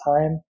time